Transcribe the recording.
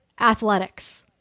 athletics